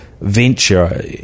venture